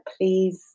please